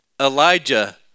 Elijah